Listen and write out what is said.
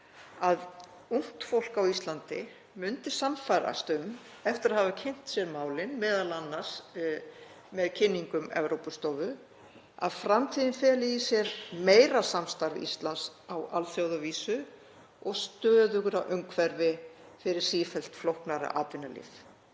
að ungt fólk á Íslandi myndi sannfærast um eftir að hafa kynnt sér málin, m.a. með kynningum Evrópustofu, að framtíðin feli í sér meira samstarf Íslands á alþjóðavísu og stöðugra umhverfi fyrir sífellt flóknara atvinnulíf.